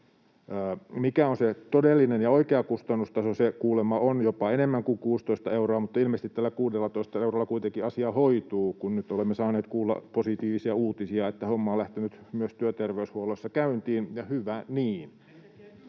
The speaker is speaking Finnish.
Mikä on se todellinen ja oikea kustannustaso? Se kuulemma on jopa enemmän kuin 16 euroa, mutta ilmeisesti tällä 16 eurolla kuitenkin asia hoituu, kun nyt olemme saaneet kuulla positiivisia uutisia, että homma on lähtenyt myös työterveyshuollossa käyntiin, ja hyvä niin.